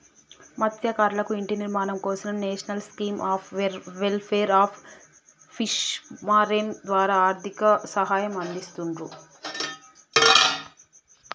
మత్స్యకారులకు ఇంటి నిర్మాణం కోసం national scheme of welfare of fishermen ద్వారా ఆర్థిక సహాయం అందిస్తున్రు